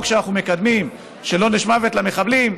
שאנחנו מקדמים של עונש מוות למחבלים,